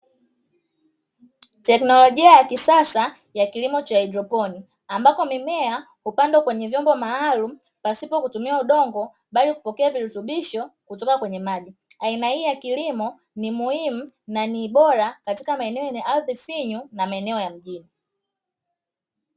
Tekinolojia ya kisasa ya kilimo cha haidroponi ambapo mimea hupandwa kwenye vyombo maalumu pasipo kutumia udongo, bali kupokea virutubisho kutoka kwenye maji. Aina hii ya kilimo ni muhimu na ni bora katika maeneo yenye ardhi finyu na maeneo ya mjini.